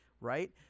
right